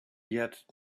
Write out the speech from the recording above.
yet